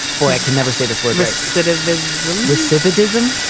boy, i can never say this word. recidivism, recidivism.